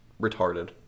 retarded